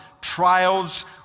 trials